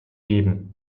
geben